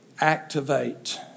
activate